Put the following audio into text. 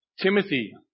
Timothy